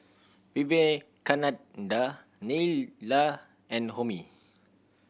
Vivekananda Neila and Homi